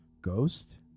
Ghost